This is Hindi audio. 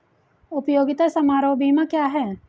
उपयोगिता समारोह बीमा क्या है?